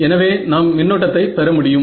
எனவே நாம் மின்னோட்டத்தை பெறமுடியும்